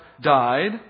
died